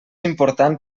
important